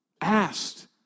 asked